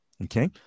Okay